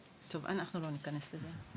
טוב, אנחנו לא ניכנס לזה.